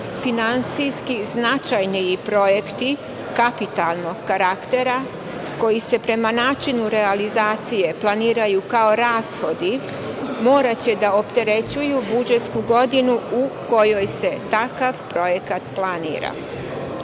finansijski značajni projekti kapitalnog karaktera, koji se prema načinu realizacije planiraju kao rashodi, moraće da opterećuju budžetsku godinu u kojoj se takav projekat planira. Pitam